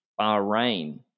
Bahrain